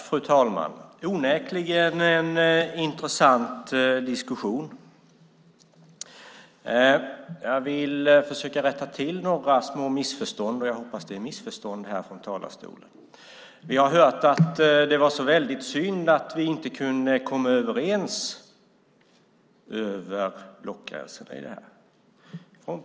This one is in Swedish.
Fru talman! Onekligen är detta en intressant diskussion. Jag vill försöka rätta till några små missförstånd, och jag hoppas att det är fråga om missförstånd här från talarstolen. Vi har hört att det var väldigt synd att vi inte kunde komma överens över blockgränsen om detta.